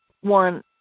one